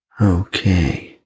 okay